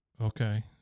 okay